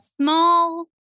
small